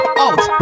out